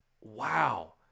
wow